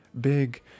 big